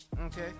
Okay